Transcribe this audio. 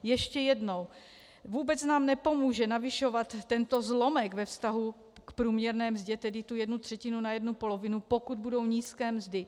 Ještě jednou: Vůbec nám nepomůže navyšovat tento zlomek ve vztahu k průměrné mzdě, tedy tu jednu třetinu na jednu polovinu, pokud budou nízké mzdy.